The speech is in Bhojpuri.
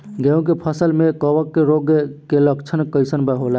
गेहूं के फसल में कवक रोग के लक्षण कइसन होला?